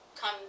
come